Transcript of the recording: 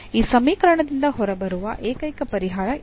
ಈ ಸಮೀಕರಣದಿಂದ ಹೊರಬರುವ ಏಕೈಕ ಪರಿಹಾರ ಇದು